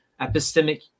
epistemic